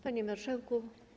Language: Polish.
Panie Marszałku!